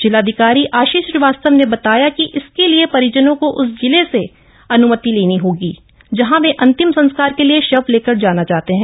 जिलाधिकप्री आशीष श्रीवप्रस्तव ने बताया कि इसके लिए परिजनों को उस जिले से अनुमति लेनी होगी जहंध वे अंतिम संस्कार के लिए शव लेकर जाम चाहते हैं